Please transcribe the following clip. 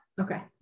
Okay